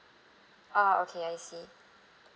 ah okay I see